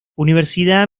universidad